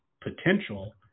potential